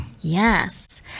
Yes